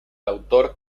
autor